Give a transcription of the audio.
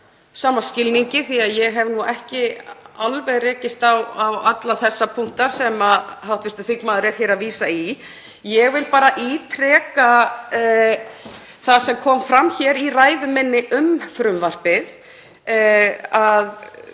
sama skilningi því að ég hef ekki rekist á alla þessa punkta sem hv. þingmaður er hér að vísa í. Ég vil bara ítreka það sem kom fram í ræðu minni um frumvarpið, að